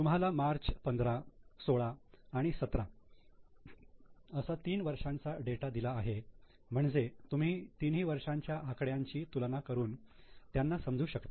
तुम्हाला मार्च 15 16 आणि 17 असा तीन वर्षांचा डेटा दिला आहे म्हणजे तुम्ही तिन्ही वर्षांच्या आकड्यांची तुलना करून त्यांना समजू शकता